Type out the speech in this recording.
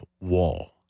Wall